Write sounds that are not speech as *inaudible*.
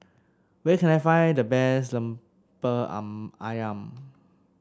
where can I find the best Lemper *unintelligible* ayam